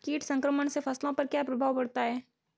कीट संक्रमण से फसलों पर क्या प्रभाव पड़ता है?